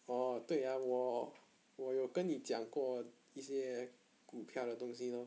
oh 对 ah 我我有跟你讲过一些股票的东西 lor